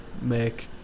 make